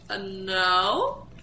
no